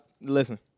Listen